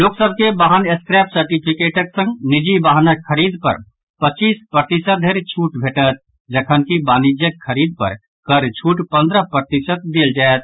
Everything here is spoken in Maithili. लोक सभ के वाहन स्क्रैप सर्टिफिकेटक संग निजी वाहनक खरीद पर पच्चीस प्रतिशत धरि छूट भेटत जखनकि वाणिज्यिक खरीद पर कर छूट पंद्रह प्रतिशत देल जायत